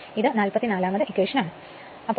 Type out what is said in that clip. ഇതാണ് 44 ആമത് സമവാക്യം